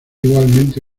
igualmente